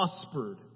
prospered